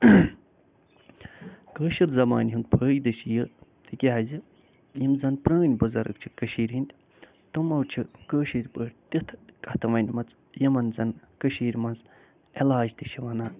کٲشِر زبانہِ ہُنٛد فٲیدٕ چھُ یہِ تِکیٛازِ یِم زم پرٛٲنۍ بُزرٕگ چھِ کٔشیٖرِ ہٕنٛدۍ تِمو چھِ کٲشِر پٲٹھۍ تِتھٕ کَتھٕ وَنمَژٕ یِمن زن کٔشیٖرِ منٛز علاج تہِ چھِ وَنان